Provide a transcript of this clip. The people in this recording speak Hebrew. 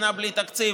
שנה בלי תקציב,